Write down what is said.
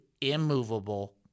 immovable